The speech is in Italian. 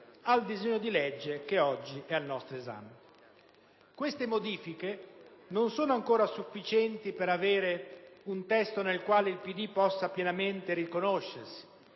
al disegno di legge oggi al nostro esame. Queste modifiche non sono ancora sufficienti per disporre di un testo nel quale il PD possa pienamente riconoscersi.